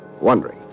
Wondering